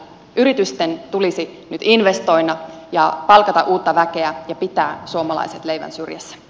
yritysten tulisi nyt investoida ja palkata uutta väkeä ja pitää suomalaiset leivän syrjässä